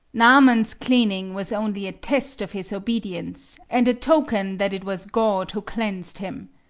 naaman's cleaning was only a test of his obedience, and a token that it was god who cleansed him.